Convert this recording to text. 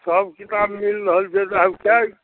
सब किताब मिल रहल छै तऽ आब